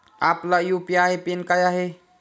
आपला UPI pin काय आहे?